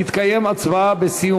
בסיום ההודעה תתקיים הצבעה.